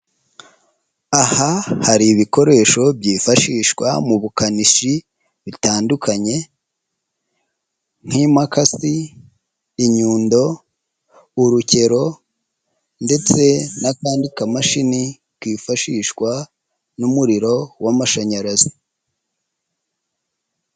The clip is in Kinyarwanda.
Aha hari ibikoresho byifashishwa mu bukanishi, bitandukanye. nk'imakasi, inyundo, urukero, ndetse n'akandi kamashini kifashishwa n'umuriro w'amashanyarazi.